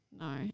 No